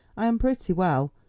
i am pretty well,